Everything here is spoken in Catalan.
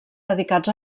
dedicats